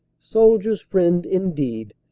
soldiers' friend indeed,